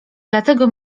dlatego